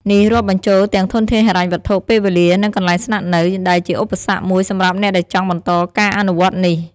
នេះរាប់បញ្ចូលទាំងធនធានហិរញ្ញវត្ថុ ពេលវេលា និងកន្លែងស្នាក់នៅ ដែលជាឧបសគ្គមួយសម្រាប់អ្នកដែលចង់បន្តការអនុវត្តន៍នេះ។